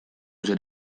zer